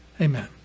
Amen